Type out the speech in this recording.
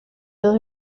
los